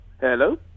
Hello